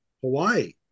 Hawaii